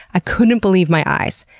i couldn't believe my eyes.